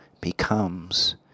becomes